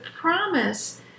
promise